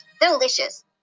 Delicious